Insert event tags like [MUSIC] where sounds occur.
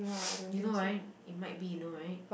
[NOISE] you know right it might be you know right